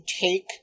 take